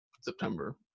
September